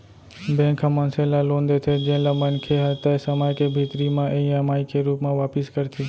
bank ह मनसे ल लोन देथे जेन ल मनखे ह तय समे के भीतरी म ईएमआई के रूप म वापिस करथे